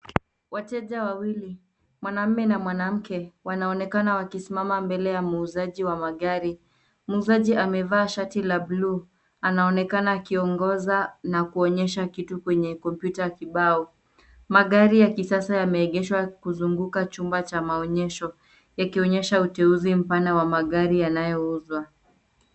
Wateja wawili, mwanaume na mwanamke, wanaonekana wakisimama mbele ya muuzaji wa magari. Muuzaji amevaa shati la buluu, anaonekana akiongoza na kuonyesha kitu kwenye kompyuta ya kibao. Magari ya kisasa yameegeshwa kuzunguka chumba cha maonyesho, ikionyesha uteuzi mpana wa magari yanayouzwa.